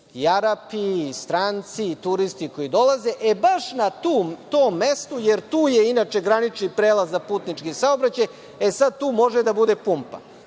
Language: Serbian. i Arapi i stranci i turisti koji dolaze. E, baš na tom mestu, jer tu je inače granični prelaz za putnički saobraćaj, e sad tu može da bude pumpa.